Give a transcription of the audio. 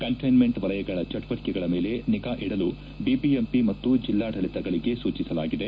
containment ವಲಯಗಳ ಚಟುವಟಿಕೆಗಳ ಮೇಲೆ ನಿಗಾ ಇಡಲು ಬಿಬಿಎಂಪಿ ಮತ್ತು ಜಿಲ್ಲಾಡಳಿತಗಳಿಗೆ ಸೂಚಿಸಲಾಗಿದೆ